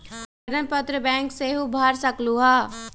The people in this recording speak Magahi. आवेदन पत्र बैंक सेहु भर सकलु ह?